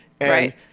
Right